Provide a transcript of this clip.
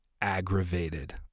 aggravated